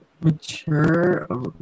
mature